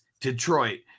Detroit